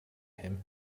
him